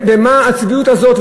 מה הצביעות הזאת,